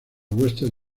huestes